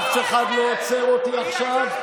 אף אחד לא עוצר אותי עכשיו,